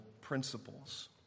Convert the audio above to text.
principles